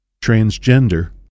Transgender